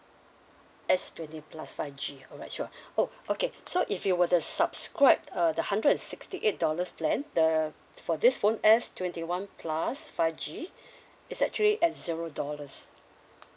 S twenty plus five G alright sure oh okay so if you were to subscribe uh the hundred and sixty eight dollars plan the for this phone S twenty one plus five G it's actually at zero dollars